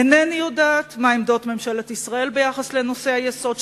אינני יודעת מה עמדות ממשלת ישראל ביחס לנושאי היסוד,